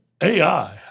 AI